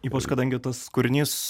ypač kadangi tas kūrinys